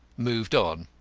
moved on.